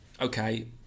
okay